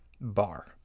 bar